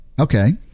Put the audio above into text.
Okay